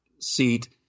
seat